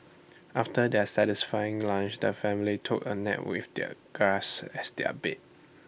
after their satisfying lunch the family took A nap with the grass as their bed